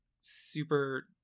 super